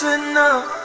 enough